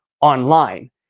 online